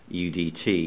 UDT